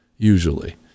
usually